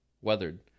Weathered